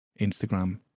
instagram